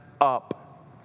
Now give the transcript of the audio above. up